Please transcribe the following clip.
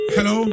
Hello